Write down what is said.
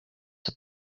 have